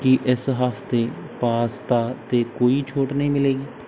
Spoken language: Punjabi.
ਕੀ ਇਸ ਹਫ਼ਤੇ ਪਾਸਤਾ 'ਤੇ ਕੋਈ ਛੋਟ ਨਹੀਂ ਮਿਲੇਗੀ